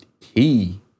key